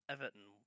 Everton